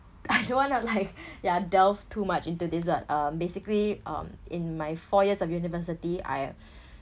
I don't wanna like ya delve too much into this but uh basically um in my four years of university I